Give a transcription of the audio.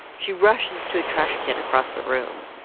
she rushes to trash can across the room